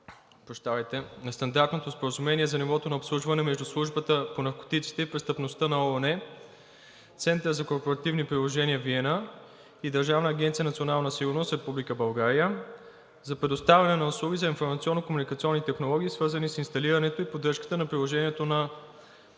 на Стандартното споразумение за нивото на обслужване между Службата по наркотиците и престъпността на ООН (UNODC), Центъра за корпоративни приложения – Виена (EAC-VN), и Държавна агенция „Национална сигурност“ – Република България, за предоставяне на услуги за информационно-комуникационни технологии, свързани с инсталирането и поддръжката на приложението на